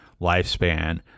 lifespan